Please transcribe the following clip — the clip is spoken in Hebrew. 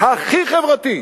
הכי חברתי.